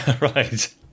right